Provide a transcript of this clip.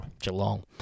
Geelong